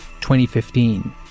2015